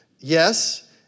Yes